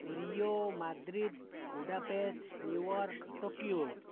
rio Madrid Budapest New York Tokyo